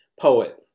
poet